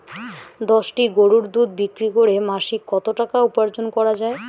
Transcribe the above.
দশটি গরুর দুধ বিক্রি করে মাসিক কত টাকা উপার্জন করা য়ায়?